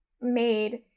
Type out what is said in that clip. made